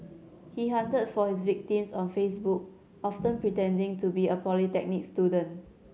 he hunted for his victims on Facebook often pretending to be a polytechnic student